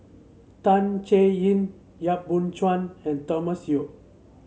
Tan Chay Yan Yap Boon Chuan and Thomas Yeo